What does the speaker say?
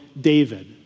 David